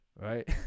right